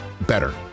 better